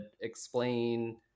explain